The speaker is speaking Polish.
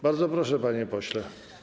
Bardzo proszę, panie pośle.